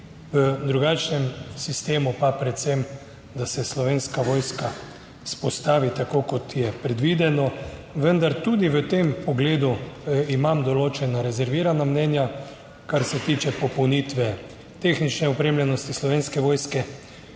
v drugačnem sistemu pa predvsem, da se Slovenska vojska vzpostavi tako kot je predvideno, vendar tudi v tem pogledu imam določena rezervirana mnenja, kar se tiče popolnitve tehnične opremljenosti Slovenske vojske.